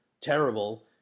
terrible